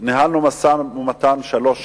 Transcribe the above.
ניהלנו משא-ומתן שלוש שנים.